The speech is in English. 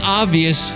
obvious